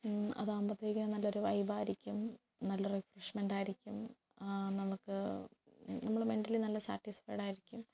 അതാകുമ്പത്തേക്ക് നല്ലൊരു വൈബായിരിക്കും നല്ലൊരു റിഫ്രഷ്മെൻറ്റായിരിക്കും നമുക്ക് നമ്മള് മെൻറ്റലി സാറ്റിസ്ഫൈഡായിരിക്കും